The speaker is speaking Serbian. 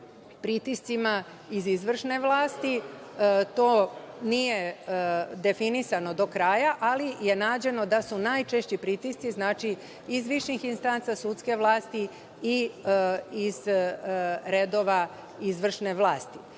pritiscima iz izvršne vlasti, to nije definisano do kraja, ali je nađeno da su najčešći pritisci, znači, iz viših instanca sudske vlasti i iz redova izvršne vlasti. Mi